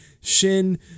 Shin